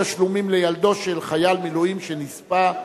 תשלומים לילדו של חייל מילואים שנספה),